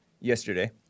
yesterday